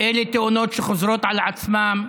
אלה תאונות שחוזרות על עצמן.